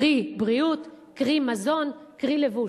קרי בריאות, קרי מזון, קרי לבוש.